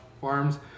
farms